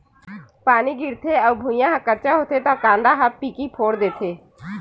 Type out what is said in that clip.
पानी गिरथे अउ भुँइया ह कच्चा होथे त कांदा ह पीकी फोर देथे